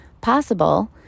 possible